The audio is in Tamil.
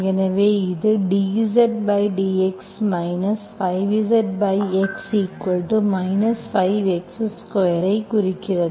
எனவே இது dZdx 5Zx 5 x2 ஐ குறிக்கிறது